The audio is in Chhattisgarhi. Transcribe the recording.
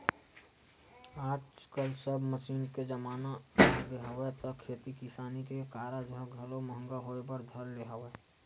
आजकल सब मसीन के जमाना आगे हवय त खेती किसानी के कारज ह घलो महंगा होय बर धर ले हवय